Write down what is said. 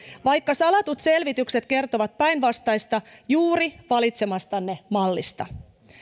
vaikka salatut selvitykset kertovat päinvastaista juuri valitsemastanne mallista